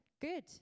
Good